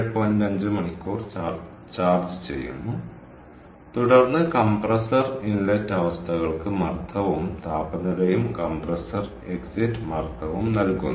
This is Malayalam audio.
5 മണിക്കൂർ ചാർജ് ചെയ്യുന്നു തുടർന്ന് കംപ്രസർ ഇൻലെറ്റ് അവസ്ഥകൾക്ക് മർദ്ദവും താപനിലയും കംപ്രസർ എക്സിറ്റ് മർദ്ദവും നൽകുന്നു